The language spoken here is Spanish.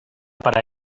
para